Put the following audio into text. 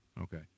Okay